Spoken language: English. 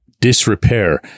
disrepair